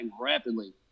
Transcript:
rapidly